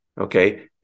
Okay